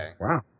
Wow